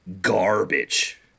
garbage